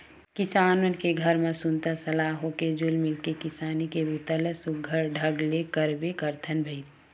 किसान मन के घर म सुनता सलाह होके जुल मिल के किसानी के बूता ल सुग्घर ढंग ले करबे करथन भईर